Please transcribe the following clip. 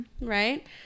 right